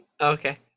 Okay